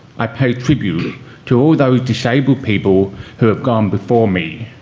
i pay tribute to all those disabled people who have gone before me,